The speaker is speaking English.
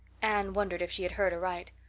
anne wondered if she had heard aright.